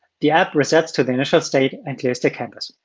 the app resets to the initial state and clears the canvas.